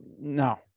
no